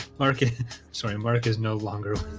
marquis sorry, america is no longer.